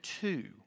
two